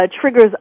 triggers